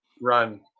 run